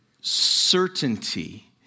certainty